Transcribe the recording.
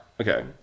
Okay